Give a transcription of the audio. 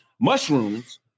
mushrooms